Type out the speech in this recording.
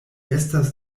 estas